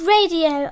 Radio